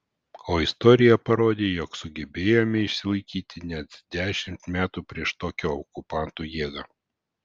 o istorija parodė jog sugebėjome išsilaikyti net dešimt metų prieš tokią okupantų jėgą